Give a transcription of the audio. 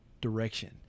direction